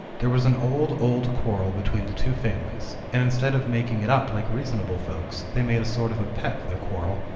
there was an old, old quarrel between the two families, and instead of making it up like reasonable folks, they made a sort of a pet of their quarrel,